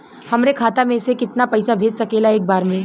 हमरे खाता में से कितना पईसा भेज सकेला एक बार में?